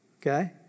okay